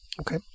Okay